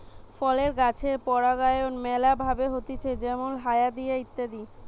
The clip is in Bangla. ফলের গাছের পরাগায়ন ম্যালা ভাবে হতিছে যেমল হায়া দিয়ে ইত্যাদি